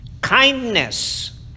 Kindness